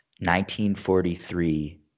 1943